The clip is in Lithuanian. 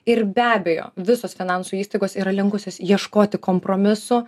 ir be abejo visos finansų įstaigos yra linkusios ieškoti kompromisų